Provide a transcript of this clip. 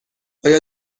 آیا